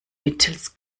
mittels